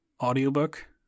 audiobook